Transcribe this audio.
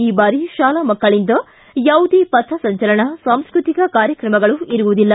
ಈ ಬಾರಿ ಶಾಲಾ ಮಕ್ಕಳಿಂದ ಯಾವುದೇ ಪಥ ಸಂಚಲನ ಸಾಂಸ್ಕೃತಿಕ ಕಾರ್ಯಕ್ರಮಗಳು ಇರುವುದಿಲ್ಲ